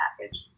package